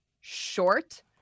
short